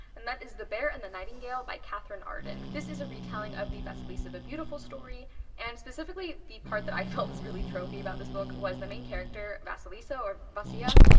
and that is the bear and the nightingale by katherine arden. this is a retelling of the vasalisa the beautiful story and specifically, the part that i felt was really tropey about this book was the main character vasalisa, or vasya.